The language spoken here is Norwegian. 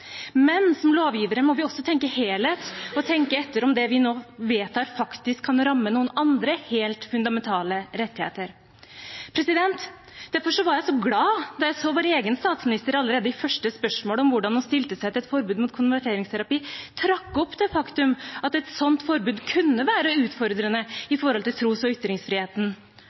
Men som lovgivere må vi også tenke helhet og tenke etter om det vi nå vedtar, faktisk kan ramme noen andre helt fundamentale rettigheter. Derfor var jeg så glad da vår egen statsminister allerede i første spørsmål om hvordan hun stilte seg til et forbud mot konverteringsterapi, trakk opp det faktum at et sånt forbud kunne være utfordrende i forhold til tros- og ytringsfriheten,